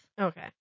okay